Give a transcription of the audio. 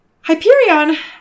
hyperion